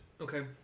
Okay